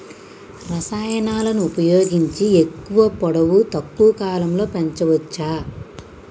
రసాయనాలను ఉపయోగించి ఎక్కువ పొడవు తక్కువ కాలంలో పెంచవచ్చా?